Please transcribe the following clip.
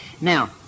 Now